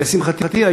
ולשמחתי,